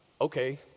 Okay